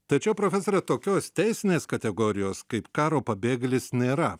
tačiau profesore tokios teisinės kategorijos kaip karo pabėgėlis nėra